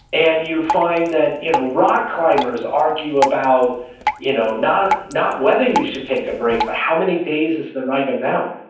and you find that you know rock climbers argue about you know not not whether you should take a break but how many days is the right amount.